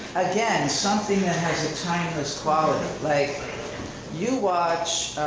again, something that has a timeless quality. like you watch,